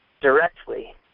directly